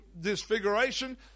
disfiguration